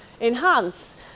enhance